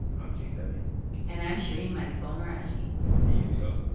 i'm gene demby and i'm shereen marisol meraji be easy, ah